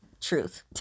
truth